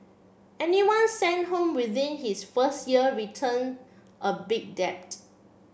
anyone sent home within his first year return a big debt